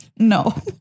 No